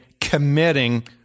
committing